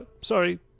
Sorry